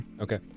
Okay